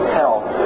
health